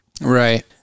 right